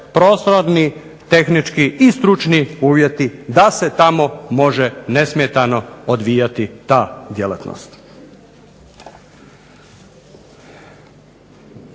prostorni, tehnički i stručni uvjeti da se tamo može nesmetano odvijati ta djelatnost.